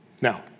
Now